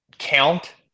count